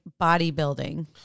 bodybuilding